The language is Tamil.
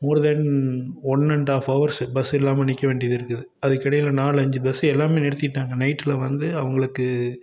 more than one and half hours bus இல்லாமல் நிற்க வேண்டியது இருக்குது அதுக்கிடையில நாலஞ்சு பஸ்ஸு எல்லாமே நிறுத்திவிட்டாங்க நைட்டில் வந்து அவங்களுக்கு